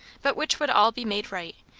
but which would all be made right,